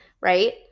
right